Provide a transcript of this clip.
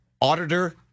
Auditor